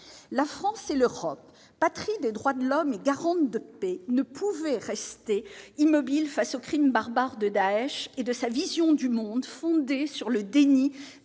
la France et l'Europe, patrie des droits de l'homme est garante de paix ne pouvait rester immobile face aux crimes barbares de Daech et de sa vision du monde fondée sur le déni